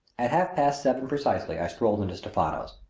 at half past seven precisely i strolled into stephano's.